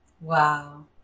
wow